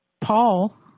Paul